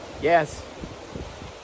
Yes